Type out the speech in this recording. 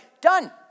Done